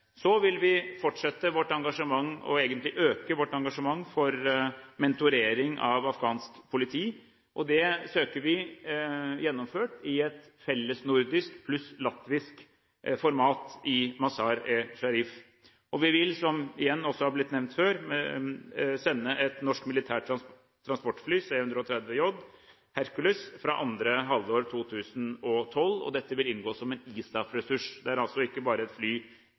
Så vil vi fortsette vårt engasjement og egentlig øke vårt engasjement for mentorering av afghansk politi. Det søker vi gjennomført i et fellesnordisk pluss latvisk format i Mazar-e-Sharif. Vi vil, som også har blitt nevnt før, sende et norsk militært transportfly, C-130J Hercules, fra andre halvår 2012. Dette vil inngå som en ISAF-ressurs. Det er ikke bare et fly